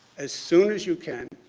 as soon as you can.